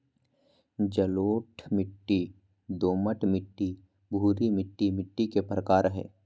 जलोढ़ मिट्टी, दोमट मिट्टी, भूरी मिट्टी मिट्टी के प्रकार हय